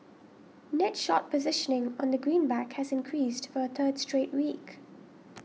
net short positioning on the greenback has increased for a third straight week